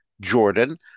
Jordan